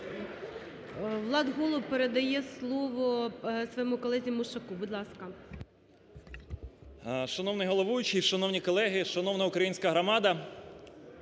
Влад Голуб передає слово своєму колезі Мушаку. Будь ласка.